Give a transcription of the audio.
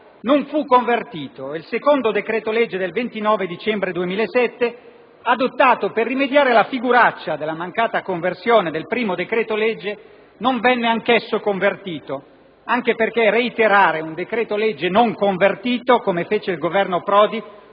non fu convertito. Il secondo decreto-legge del 29 dicembre 2007, adottato per rimediare alla figuraccia della mancata conversione del primo decreto-legge, non fu convertito anch'esso perché reiterare un decreto‑legge non convertito, come fece il Governo Prodi,